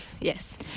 Yes